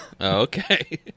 Okay